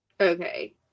Okay